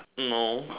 no